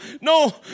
no